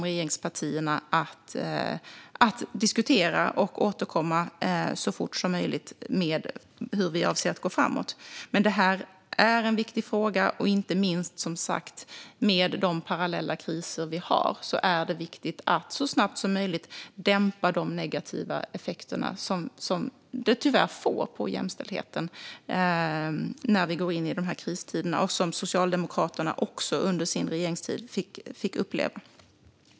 Regeringspartierna kommer att diskutera frågan och återkomma så fort som möjligt om hur vi avser att gå framåt. Det här är en viktig fråga, inte minst nu. Det är viktigt att så snabbt som möjligt dämpa de negativa effekter som de parallella kriserna som pågår tyvärr får på jämställdheten. Det fick Socialdemokraterna också uppleva under sin regeringstid.